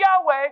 Yahweh